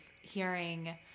hearing